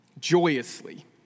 joyously